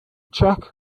check